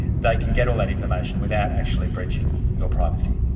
they can get all that information without actually breaching your privacy?